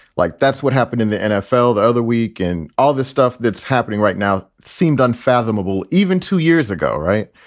like that's what happened in the nfl the other week. and all the stuff that's happening right now seemed unfathomable even two years ago. right.